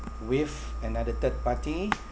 with another third party